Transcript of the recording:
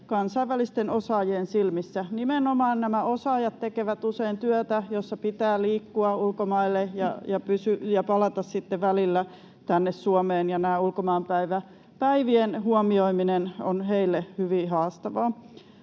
kansainvälisten osaajien silmissä. Nimenomaan nämä osaajat tekevät usein työtä, jossa pitää liikkua ulkomaille ja palata sitten välillä tänne Suomeen, ja tämä ulkomaanpäivien huomioiminen on heille hyvin haastavaa.